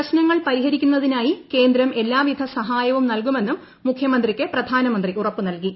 പ്രശ്നങ്ങൾ പരിഹരിക്കുന്നതിനായിക്ക് ്ക്ക്യൂട്ടം എല്ലാവിധ സഹായവും നൽകുമെന്നും മുഖ്യമന്ത്രിക്ക് ട്രപ്ൽാനമന്ത്രി ഉറപ്പു നൽകി